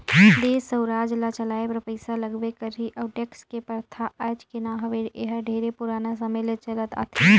देस अउ राज ल चलाए बर पइसा लगबे करही अउ टेक्स के परथा आयज के न हवे एहर ढेरे पुराना समे ले चलत आथे